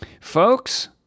Folks